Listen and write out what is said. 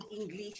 English